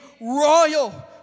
royal